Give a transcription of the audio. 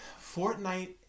Fortnite